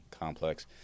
complex